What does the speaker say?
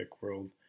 world